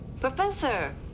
Professor